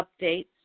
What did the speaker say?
updates